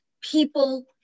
people